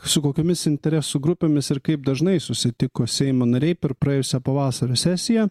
su kokiomis interesų grupėmis ir kaip dažnai susitiko seimo nariai per praėjusią pavasario sesiją